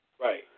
Right